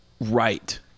right